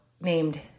named